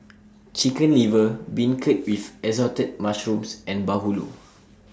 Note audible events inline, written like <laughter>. <noise> Chicken Liver Beancurd with Assorted Mushrooms and Bahulu